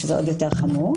שזה עוד יותר חמור,